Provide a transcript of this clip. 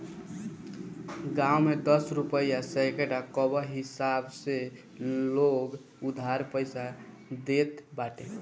गांव में दस रुपिया सैकड़ा कअ हिसाब से लोग उधार पईसा देत बाटे